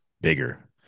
bigger